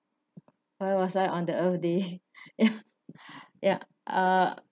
why was I on the earth day ya ya uh